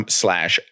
slash